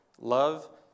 love